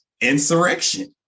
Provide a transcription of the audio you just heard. insurrection